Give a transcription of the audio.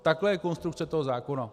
Takhle je konstrukce toho zákona.